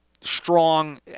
strong